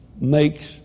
makes